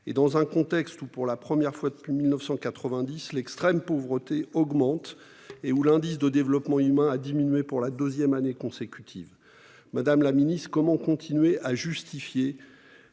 alors que, pour la première fois depuis 1990, l'extrême pauvreté augmente et que l'indice de développement humain global diminue pour la deuxième année consécutive. Madame la ministre, comment peut-on continuer à justifier